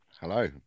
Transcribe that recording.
Hello